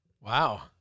Wow